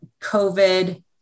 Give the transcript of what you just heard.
COVID